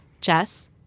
Jess